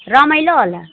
रमाइलो होला